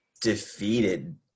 defeated